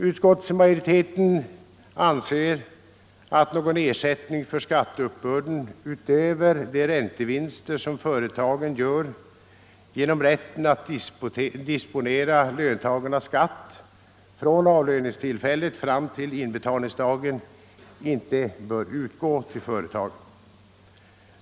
Utskottsmajoriteten anser att någon ersättning för skatteuppbörden utöver de räntevinster som företagen gör genom rätten att disponera löntagarnas skatt från avlöningstillfället fram till inbetalningsdagen inte bör utgå.